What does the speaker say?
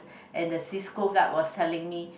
and the Cisco guard was telling me